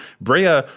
Brea